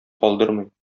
калдырмый